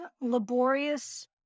laborious